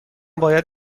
باید